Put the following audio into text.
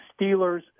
Steelers